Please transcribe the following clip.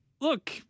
Look